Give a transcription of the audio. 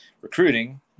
recruiting